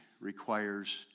requires